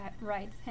right